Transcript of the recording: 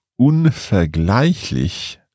unvergleichlich